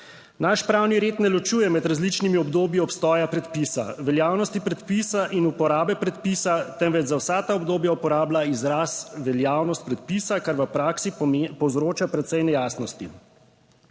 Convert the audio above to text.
Naš pravni red ne ločuje med različnimi obdobji obstoja predpisa, veljavnosti predpisa in uporabe predpisa, temveč za vsa ta obdobja uporablja izraz veljavnost predpisa, kar v praksi povzroča precej nejasnosti.